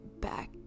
back